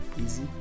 easy